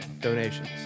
donations